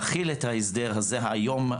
היום,